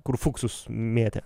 kur fuksus mėtė